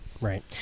Right